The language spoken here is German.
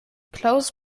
klaus